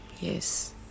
yes